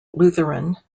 lutheran